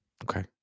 Okay